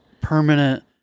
permanent